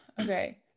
okay